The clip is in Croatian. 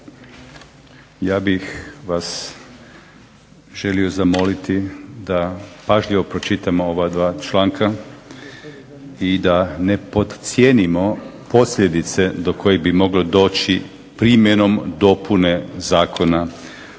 Ja bih vas želio zamoliti da pažljivo pročitamo ova dva članka i da ne podcijenimo posljedice do kojih bi moglo doći primjenom dopune Zakona o